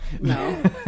no